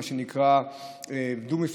מה שנקרא "דו-מפלסי",